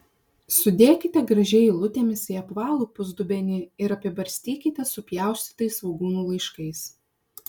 sudėkite gražiai eilutėmis į apvalų pusdubenį ir apibarstykite supjaustytais svogūnų laiškais